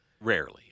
Rarely